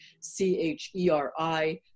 C-H-E-R-I